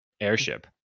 airship